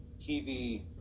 TV